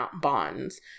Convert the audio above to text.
bonds